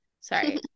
Sorry